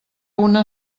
una